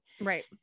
Right